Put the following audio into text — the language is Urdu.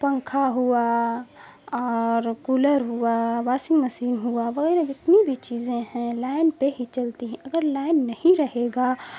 پنکھا ہوا اور کولر ہوا واشنگ مشین ہوا وغیرہ جتنی بھی چیزیں ہیں لائن پہ ہی چلتی ہیں اگر لائن نہیں رہے گا